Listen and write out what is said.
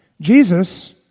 Jesus